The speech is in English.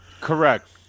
Correct